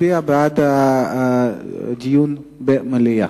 מצביע בעד הדיון במליאה.